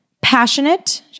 passionate